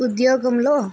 ఉద్యోగంలో